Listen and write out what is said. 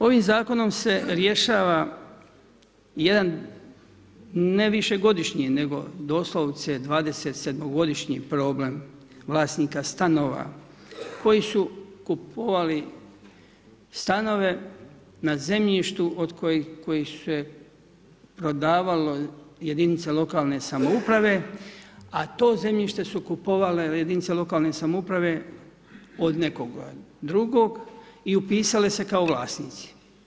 Ovim zakonom se rješava jedan ne višegodišnji, nego doslovce 27 godišnji problem vlasnika stanova, koji su kupovali stanove na zemljište od kojih se prodavalo jedinica lokalne samouprave, a to zemljište su kupovale jedinice lokalne samouprave, od nekoga drugoga i upisale se kao vlasnici.